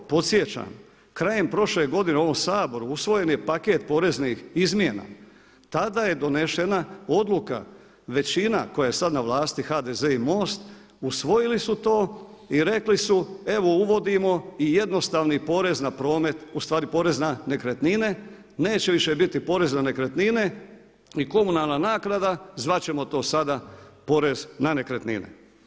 Podsjećam, krajem prošle godine u ovom Saboru usvojen je paket poreznih izmjena, tada je donesena odluka, većina koja je sada na vlasti HDZ i MOST-a, usvojili su to i rekli su evo uvodimo i jednostavni porez na promet, ustvari porez na nekretnine neće više biti porez na nekretnine i komunalna naknada, zvati ćemo to sada porez na nekretnine.